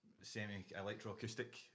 semi-electro-acoustic